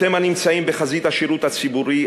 אתם הנמצאים בחזית השירות הציבורי,